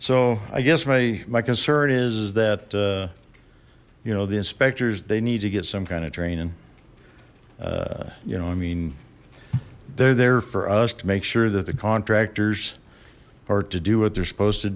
so i guess my my concern is is that you know the inspectors they need to get some kind of training you know i mean they're there for us to make sure that the contractors are to do what they're supposed to